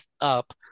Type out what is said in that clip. up